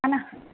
हा न